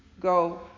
Go